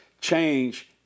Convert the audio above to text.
change